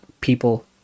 people